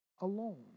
alone